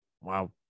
Wow